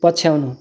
पछ्याउनु